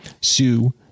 sue